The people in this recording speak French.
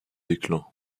déclin